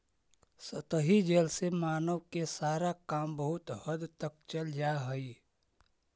सतही जल से मानव के सारा काम बहुत हद तक चल जा हई